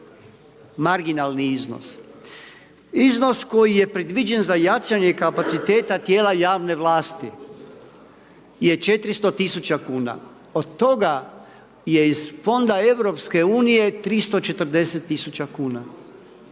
Marginalni iznos. Iznos koji je predviđen za jačanje kapaciteta tijela javne vlasti je 400000 kn, od toga je iz fonda EU, 340000 kn.